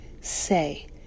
say